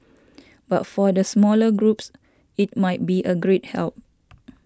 but for the smaller groups it might be a great help